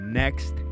next